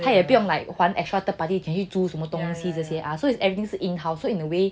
yeah 他也不用 like 还 extra money 去租什么东西 so it's everything in house so he already